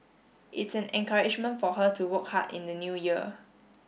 it's an encouragement for her to work hard in the new year